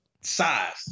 Size